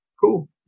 Cool